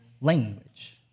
language